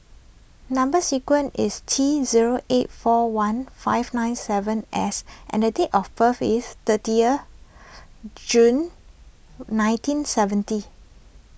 Number Sequence is T zero eight four one five nine seven S and the date of birth is thirty June nineteen seventy